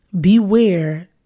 Beware